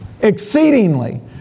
Exceedingly